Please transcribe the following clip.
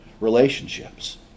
relationships